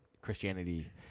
Christianity